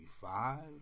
five